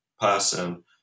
person